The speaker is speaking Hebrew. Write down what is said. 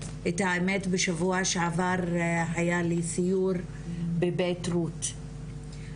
את האמת בשבוע שעבר היה לי סיור בבית רות,